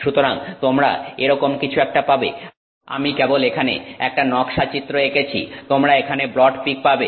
সুতরাং তোমরা এরকম কিছু একটা পাবে আমি কেবল এখানে একটা নকশা চিত্র এঁকেছি তোমরা এখানে ব্রড পিক পাবে